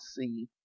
see